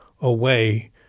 away